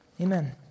Amen